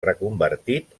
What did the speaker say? reconvertit